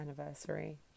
anniversary